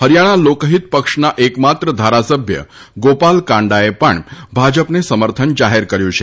હરિથાણા લોકહિત પક્ષના એક માત્ર ધારાસભ્ય ગોપાલ કાંડાએ પણ ભાજપને સમર્થન જાહેર કર્યૂ છે